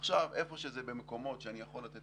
עכשיו איפה שזה במקומות שאני יכול לתת